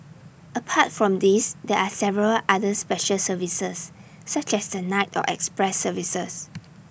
apart from these there are several other special services such as the night or express services